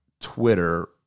Twitter